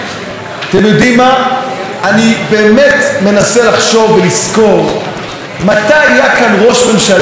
אני באמת מנסה לחשוב ולזכור מתי היה כאן ראש ממשלה שדיבר בשפה הזאת.